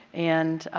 and,